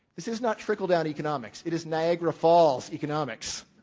this is not trickle-down economics. it is niagara falls economics.